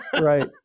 right